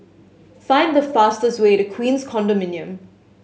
find the fastest way to Queens Condominium